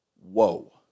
whoa